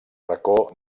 racó